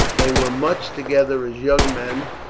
they were much together as young men,